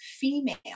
female